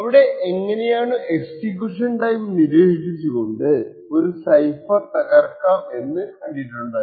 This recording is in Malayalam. അവിടെ എങ്ങനെയാണു എക്സിക്യൂഷൻ ടൈം നിരീക്ഷിച്ചു കൊണ്ട് ഒരു സൈഫർ തകർക്കാം എന്ന് കണ്ടിട്ടുണ്ടായിരുന്നു